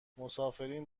مسافرین